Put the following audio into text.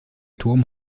turm